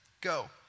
go